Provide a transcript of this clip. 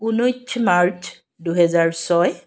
ঊনৈছ মাৰ্চ দুহেজাৰ ছয়